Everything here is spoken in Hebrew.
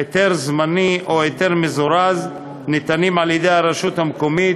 היתר זמני או היתר מזורז ניתנים על-ידי הרשות המקומית,